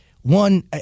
one